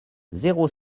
zéro